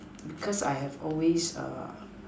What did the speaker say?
because I have always err